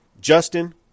justin